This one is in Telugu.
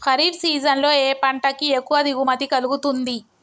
ఖరీఫ్ సీజన్ లో ఏ పంట కి ఎక్కువ దిగుమతి కలుగుతుంది?